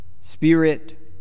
Spirit